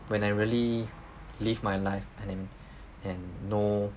when I really live my life and um and know